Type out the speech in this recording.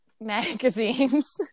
magazines